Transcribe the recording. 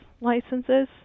licenses